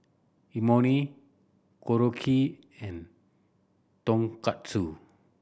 Imoni Korokke and Tonkatsu